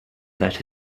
that